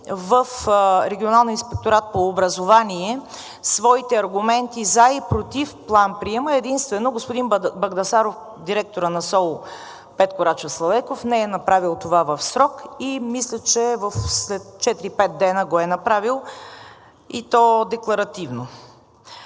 по образованието своите аргументи за и против план-приема. Единствено господин Багдасаров, директорът на СУ „Петко Рачов Славейков“, не е направил това в срок и мисля, че след 4 – 5 дена го е направил, и то декларативно.